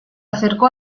acercó